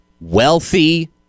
wealthy